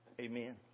Amen